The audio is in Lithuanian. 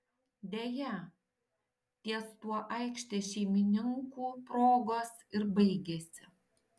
deja ties tuo aikštės šeimininkų progos ir baigėsi